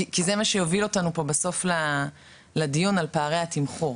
כי זה מה שיוביל אותנו פה בסוף לדיון על פערי התמחור.